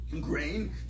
grain